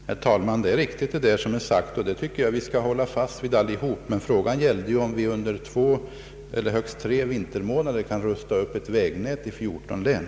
Herr talman! Det är riktigt vad som sagts i planen, och jag tycker att vi skall hålla fast vid det. Men frågan här gällde ju om vi under två eller högst tre vintermånader kan rusta upp ett vägnät i 14 län.